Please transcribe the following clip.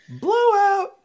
blowout